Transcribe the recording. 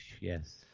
yes